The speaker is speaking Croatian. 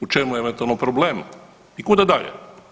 U čemu je eventualno problem i kuda dalje?